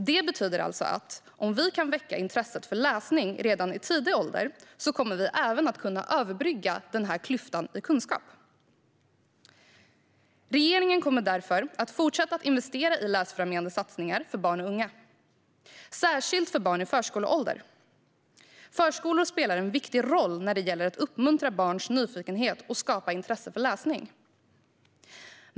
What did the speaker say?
Detta betyder att om vi kan väcka intresset för läsning redan i tidig ålder kommer vi även att kunna överbrygga den här kunskapsklyftan. Regeringen kommer därför att fortsätta investera i läsfrämjande satsningar för barn och unga, särskilt för barn i förskoleålder. Förskolor spelar en viktig roll när det gäller att uppmuntra barns nyfikenhet och skapa intresse för läsning.